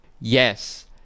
Yes